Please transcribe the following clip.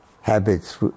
habits